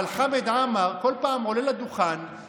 אבל חמד עמאר עולה לדוכן בכל פעם,